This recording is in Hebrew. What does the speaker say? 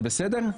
זה בסדר?